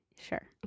Sure